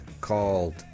called